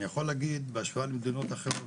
אני יכול להגיד בהשוואה למדינות אחרות